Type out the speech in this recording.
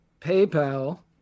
PayPal